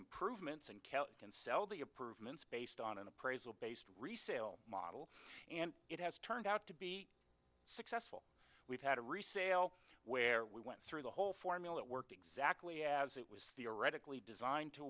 improvements and kelly can sell the approved ment's based on an appraisal based resale model and it has turned out to be successful we've had a resale where we went through the whole formula it worked exactly as it was theoretically designed to